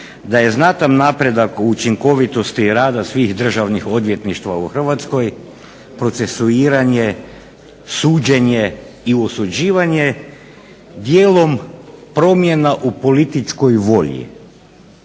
da je znatan napredak učinkovitosti rada svih državnih odvjetništva u Hrvatskoj procesuiranje, suđenje i osuđivanje dijelom promjena u političkoj volji.